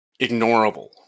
ignorable